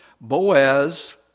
Boaz